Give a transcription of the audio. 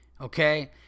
Okay